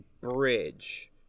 bridge